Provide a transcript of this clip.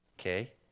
Okay